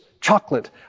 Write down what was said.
chocolate